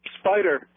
spider